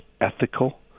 ethical